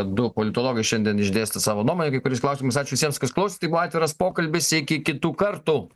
du politologai šiandien išdėstė savo nuomonę kai kuriais klausimais ačiū visiems kas klausėt tai buvo atviras pokalbis iki kitų kartų